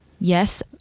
Yes